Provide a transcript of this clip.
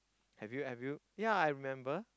have you have you yea I remember